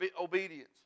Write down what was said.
obedience